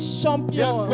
champion